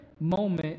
moment